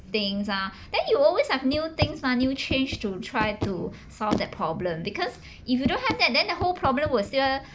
things ah then you will always have new things mah new change to try to solve that problem because if you don't have that then the whole problem will still